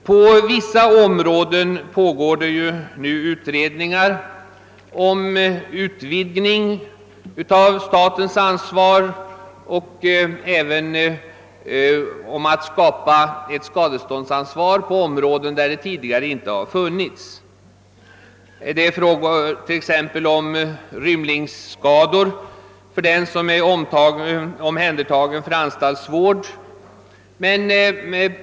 På vissa områden pågår nu utredningar om utvidgning av statens ansvar liksom även om att skapa ett skadeståndsansvar på områden, där sådant tidigare inte har funnits. Det gäller bl.a. skador som utförts av dem som är omhändertagna för anstaltsvård men rymt.